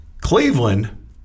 Cleveland